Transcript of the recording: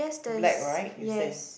black right you say